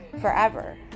forever